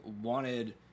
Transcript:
wanted